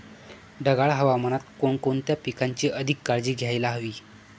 ढगाळ हवामानात कोणकोणत्या पिकांची अधिक काळजी घ्यायला हवी?